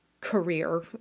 career